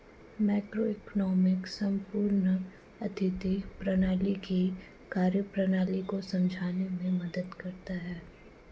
macroeconomics संपूर्ण आर्थिक प्रणाली की कार्यप्रणाली को समझने में मदद करता है